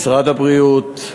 משרד הבריאות,